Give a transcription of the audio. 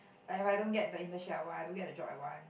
like if I don't get the internship I want I don't get the job I want